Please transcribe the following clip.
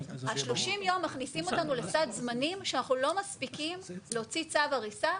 ה-30 יום מכניסים אותנו לסד זמנים שאנחנו לא מספיקים להוציא צו הריסה.